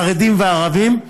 חרדים וערבים.